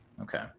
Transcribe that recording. Okay